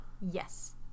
Yes